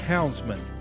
Houndsman